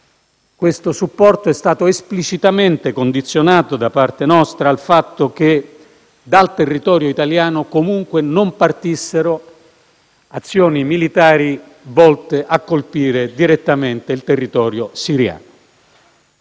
di Pordenone, è stato esplicitamente condizionato da parte nostra al fatto che dal territorio italiano non partissero azioni militari volte a colpire direttamente il territorio siriano,